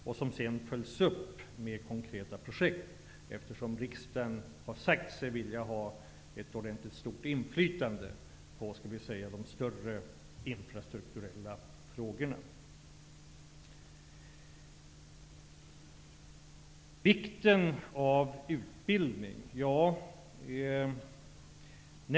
Detta kommer sedan att följas upp med konkreta projekt, eftersom riksdagen har sagt sig vilja ha ett ordentligt inflytande på, som man säger, de större infrastrukturella frågorna. Det har talats om vikten av utbildning.